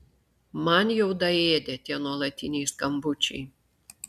man jau daėdė tie nuolatiniai skambučiai